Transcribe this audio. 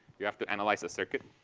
you have to analyze a circuit.